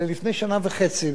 אלא לפני שנה וחצי,